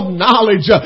knowledge